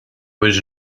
was